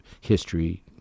history